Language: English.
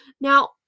Now